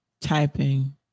typing